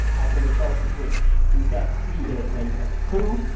as a result of which you get, three years later, a coup,